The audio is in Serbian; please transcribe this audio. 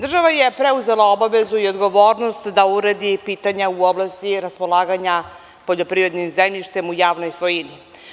Država je preuzela obavezu i odgovornost da u redi pitanja u oblasti raspolaganja poljoprivrednim zemljištem u javnoj svojini.